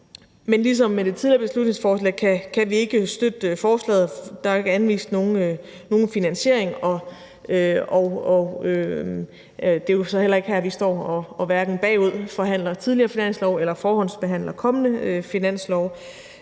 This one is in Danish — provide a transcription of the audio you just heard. Men ligesom med det tidligere beslutningsforslag kan vi ikke støtte forslaget her. For der er jo ikke anvist nogen finansiering, og det er jo så heller ikke her, vi hverken står og bagudforhandler tidligere finanslove eller forhåndsbehandler kommende finanslove.